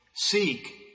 Seek